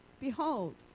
Behold